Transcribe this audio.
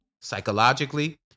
psychologically